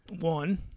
One